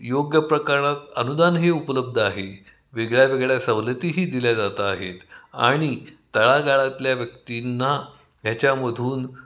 योग्य प्रकारणात अनुदानही उपलब्ध आहे वेगळ्या वेगळ्या सवलतीही दिल्या जात आहेत आणि तळागाळातल्या व्यक्तींना ह्याच्यामधून